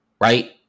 right